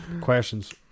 Questions